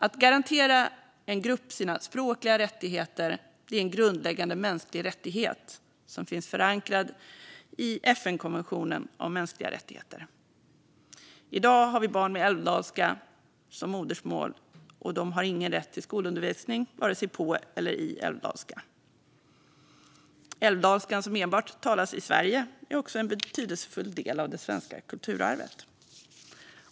Att en grupp garanteras sina språkliga rättigheter är en grundläggande mänsklig rättighet som finns förankrad i FN-konventionen om mänskliga rättigheter. I dag har barn med älvdalska som modersmål ingen rätt till skolundervisning vare sig på eller i älvdalska. Älvdalskan, som enbart talas i Sverige, är också en betydelsefull del av det svenska kulturarvet.